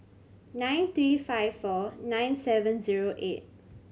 nine three five four nine seven zero eight